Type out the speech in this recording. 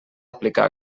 aplicar